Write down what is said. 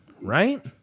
right